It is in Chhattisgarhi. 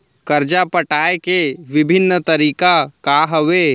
करजा पटाए के विभिन्न तरीका का हवे?